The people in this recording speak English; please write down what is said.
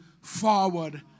forward